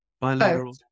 Bilateral